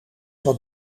wat